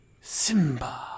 Simba